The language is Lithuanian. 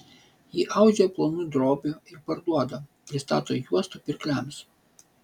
ji audžia plonų drobių ir parduoda pristato juostų pirkliams